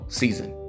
season